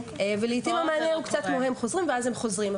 לעיתים המענה הוא קצת כמו הם חוזרים ואז הם חוזרים.